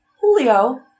Julio